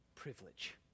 privilege